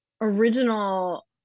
original